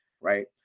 right